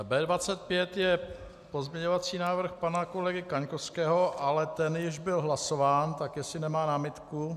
B25 je pozměňovací návrh pana kolegy Kaňkovského, ale ten již byl hlasován, tak jestli nemá námitku...